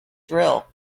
drill